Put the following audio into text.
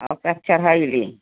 आ ओकरा चढ़यली